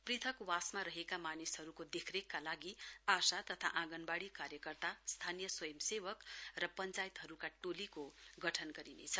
पृथकवासमा रहेका मानिसहरूको देखरेखमा लागि आशा तथा आँगनवाडी कार्यकर्ता स्थानीय स्वंयसेवक र पञ्चायतहरूको टोलीको गठन गरिनेछ